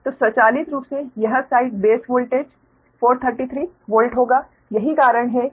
तो स्वचालित रूप से यह साइड बेस वोल्टेजbase वोल्टेज 433 वोल्ट होगा